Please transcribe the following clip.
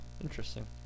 Interesting